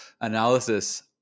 analysis